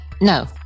No